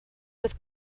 was